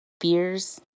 fears